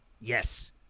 Yes